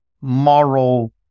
moral